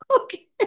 Okay